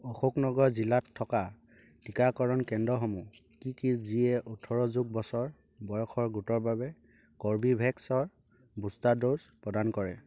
অশোকনগৰ জিলাত থকা টিকাকৰণ কেন্দ্ৰসমূহ কি কি যিয়ে ওঠৰ যোগ বছৰ বয়সৰ গোটৰ বাবে কৰ্বিভেক্সৰ বুষ্টাৰ ড'জ প্ৰদান কৰে